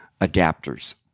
adapters